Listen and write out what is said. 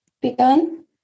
began